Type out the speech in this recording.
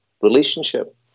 relationship